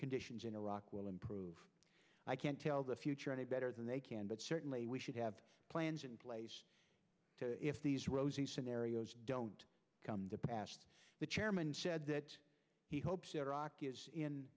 conditions in iraq will improve i can't tell the future any better than they can but certainly we should have plans in place if these rosy scenarios don't come to pass the chairman said that he hopes iraq is in